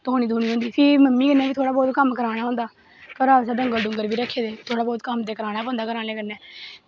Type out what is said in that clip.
धोनी होंदी फ्ही मम्मी कन्नै बी थोह्ड़ा कम्म करानां होंदा घर असें डंगर डुग्गर बी रक्खे दे थोह्ड़ा मता कम्म ते कराना पौंदा घरे आह्लें कन्नै